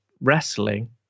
wrestling